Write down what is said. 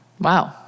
Wow